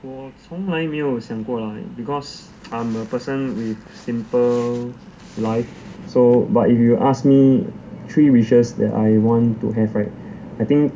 我从来没有想过 like because I'm a person with simple life so but if you ask me three wishes that I want to have right I think